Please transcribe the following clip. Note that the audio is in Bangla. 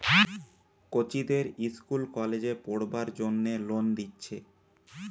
কচিদের ইস্কুল কলেজে পোড়বার জন্যে লোন দিচ্ছে